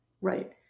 right